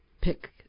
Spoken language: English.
pick